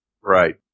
Right